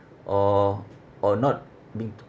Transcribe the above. or or not being too